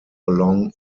along